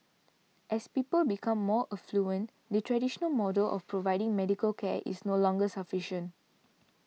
as people become more affluent the traditional model of providing medical care is no longer sufficient